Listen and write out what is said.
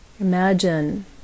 Imagine